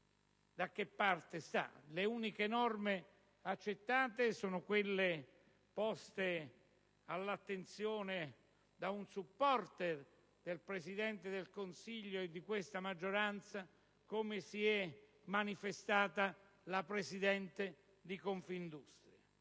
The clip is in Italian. da che parte sta. Le uniche norme accettate sono quelle poste all'attenzione da un *supporter* del Presidente del Consiglio e di questa maggioranza, come si è manifestata la Presidente di Confindustria.